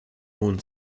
moon